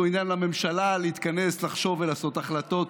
הוא עניין לממשלה, להתכנס, לחשוב ולעשות החלטות.